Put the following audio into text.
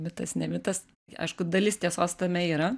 mitas ne mitas aišku dalis tiesos tame yra